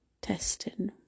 testing